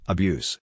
Abuse